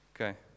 Okay